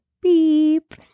beep